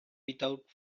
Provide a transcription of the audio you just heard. without